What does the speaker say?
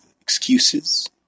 excuses